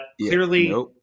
clearly